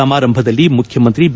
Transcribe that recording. ಸಮಾರಂಭದಲ್ಲಿ ಮುಖ್ಯಮಂತ್ರಿ ಬಿ